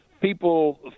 people